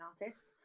artist